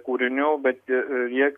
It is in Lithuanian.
kūrinių bet jie